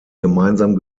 gemeinsam